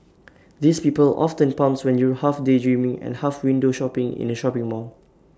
these people often pounce when you're half daydreaming and half window shopping in the shopping mall